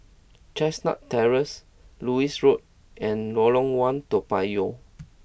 Chestnut Terrace Lewis Road and Lorong One Toa Payoh